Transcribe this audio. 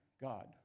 God